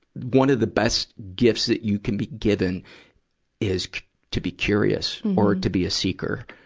one of the best gifts that you can be given is to be curious, or to be a seeker.